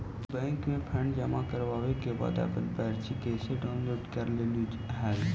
तू बैंक में फंड जमा करवावे के बाद अपन जमा पर्ची कैसे डाउनलोड करलू हल